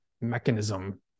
mechanism